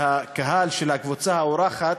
והקהל של הקבוצה האורחת,